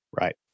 Right